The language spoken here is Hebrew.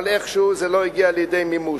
אבל איכשהו זה לא הגיע לידי מימוש.